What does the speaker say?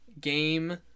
game